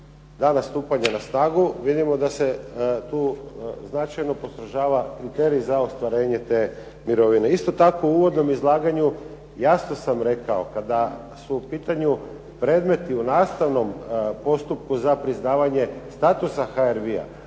dana stupanja na snagu vidimo da se tu značajno postrožava kriterij za ostvarenje te mirovine. Isto tako u uvodnom izlaganju jasno sam rekao kada su u pitanju predmeti u nastavnom postupku za priznavanje statusa HRV-ia